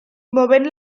movent